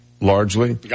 Largely